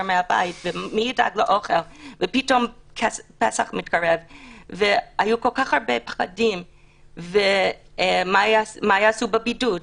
מהבית ופתאום פסח מתקרב והיו כל כך הרבה פחדים ומה יעשו בבידוד,